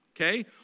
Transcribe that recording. Okay